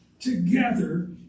together